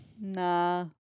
nah